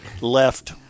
Left